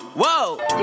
whoa